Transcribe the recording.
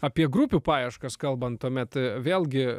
apie grupių paieškas kalbant tuomet vėlgi